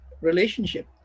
relationship